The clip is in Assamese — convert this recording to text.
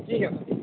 ঠিক আছে